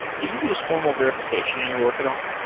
do you use formal verification in your work at all?